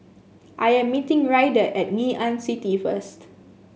I am meeting Ryder at Ngee Ann City first